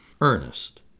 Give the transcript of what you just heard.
Ernest